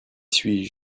suis